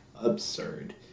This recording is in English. absurd